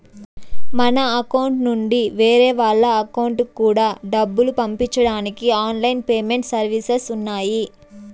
మన అకౌంట్ నుండి వేరే వాళ్ళ అకౌంట్ కూడా డబ్బులు పంపించడానికి ఆన్ లైన్ పేమెంట్ సర్వీసెస్ ఉన్నాయి